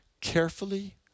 carefully